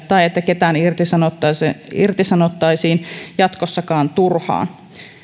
tai siihen että ketään irtisanottaisiin irtisanottaisiin jatkossakaan turhaan